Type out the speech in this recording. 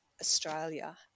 Australia